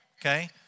Okay